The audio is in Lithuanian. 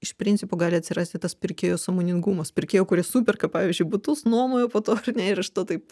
iš principo gali atsirasti tas pirkėjų sąmoningumas pirkėjų kurie superka pavyzdžiui butus nuomoja o po to ar ne ir iš to taip